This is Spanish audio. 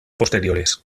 posteriores